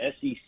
SEC